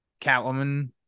Catwoman